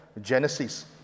Genesis